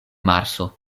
marso